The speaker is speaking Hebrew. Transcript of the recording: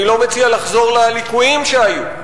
אני לא מציע לחזור על הליקויים שהיו.